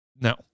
no